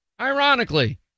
Ironically